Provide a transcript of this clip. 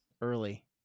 Early